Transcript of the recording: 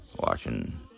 watching